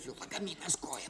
jau lagaminas koją